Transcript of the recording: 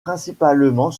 principalement